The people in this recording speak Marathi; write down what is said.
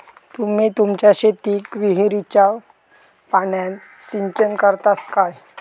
तुम्ही तुमच्या शेतीक विहिरीच्या पाण्यान सिंचन करतास काय?